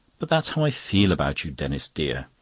but that's how i feel about you, denis dear.